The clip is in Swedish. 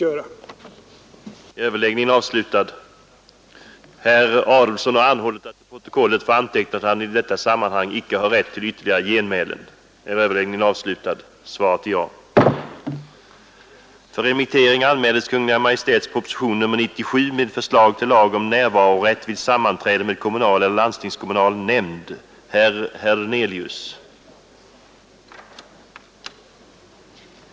denna debatt.